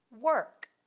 work